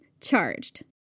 charged